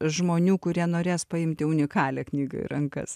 žmonių kurie norės paimti unikalią knygą į rankas